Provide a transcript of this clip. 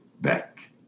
back